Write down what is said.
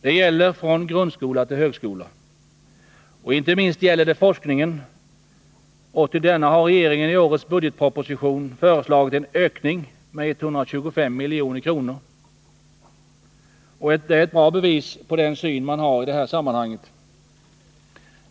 Detta gäller från grundskola till högskola. Inte minst gäller det forskningen, och till denna har regeringen i årets budgetproposition föreslagit en ökning med 125 milj.kr. Det är ett bra bevis på den syn man har i detta sammanhang.